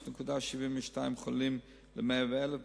5.72 חולים במזותליומה ל-100,000,